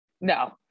No